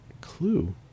clue